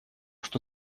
что